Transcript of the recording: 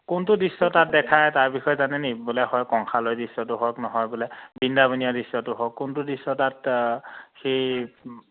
কোনটো দৃশ্য তাত দেখায় তাৰ বিষয়ে জানে নি বোলে হয় কংসালয় দৃশ্যটো হওক নহয় বোলে বৃন্দাবনীয় দৃশ্যটো হওক কোনটো দৃশ্য তাত সেই